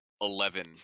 eleven